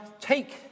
take